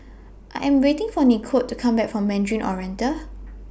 I Am waiting For Nikole to Come Back from Mandarin Oriental